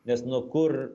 nes nu kur